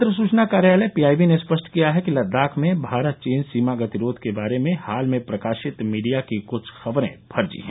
पत्र सुचना कार्यालय पीआईबी ने स्पष्ट किया है कि लद्दाख में भारत चीन सीमा गतिरोध के बारे में हाल में प्रकाशित मीडिया की कृछ खबरें फर्जी हैं